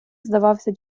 здавався